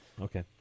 Okay